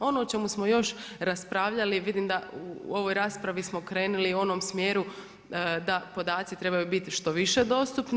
Ono o čemu smo još raspravljali, vidim da u ovoj raspravi smo krenuli u onom smjeru da podaci trebaju biti što više dostupni.